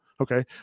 Okay